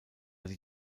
die